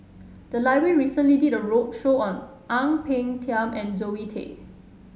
the library recently did a roadshow on Ang Peng Tiam and Zoe Tay